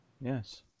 yes